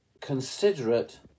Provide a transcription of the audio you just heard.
considerate